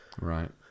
right